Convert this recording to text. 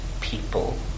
people